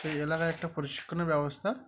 সেই এলাকায় একটা প্রশিক্ষণের ব্যবস্থা